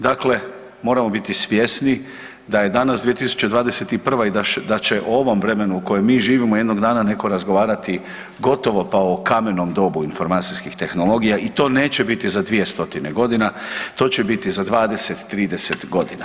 Dakle, moramo biti svjesni da je danas 2021. i da će ovom vremenu u kojem mi živimo jednog dana netko razgovarati gotovo pa o kamenom dobu informacijskih tehnologija i to neće biti za 200 stotine godina, to će biti za 20, 30 godina.